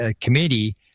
committee